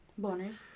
Boners